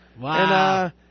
Wow